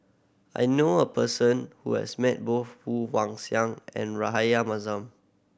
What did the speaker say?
I know a person who has met both Woon Wah Siang and Rahayu Mahzam